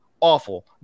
Awful